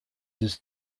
his